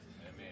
Amen